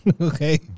okay